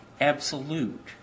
absolute